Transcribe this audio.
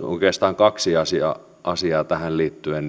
oikeastaan kaksi asiaa asiaa tähän liittyen